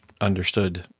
understood